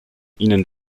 ihnen